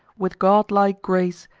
with godlike grace,